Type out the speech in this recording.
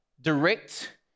direct